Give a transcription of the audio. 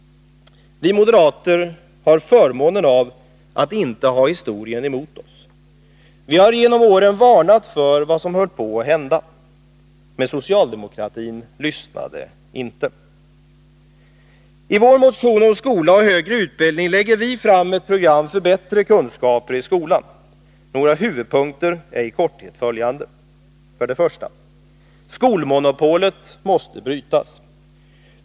Vi moderater har förmånen av att inte ha historien emot oss. Vi har genom åren varnat för vad som höll på att hända. Men socialdemokratin lyssnade inte. I vår motion om skola och högre utbildning lägger vi fram ett program för bättre kunskaper i skolan. Våra huvudpunkter är i korthet följande: 1. Skolmonopolet måste brytas.